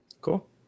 Cool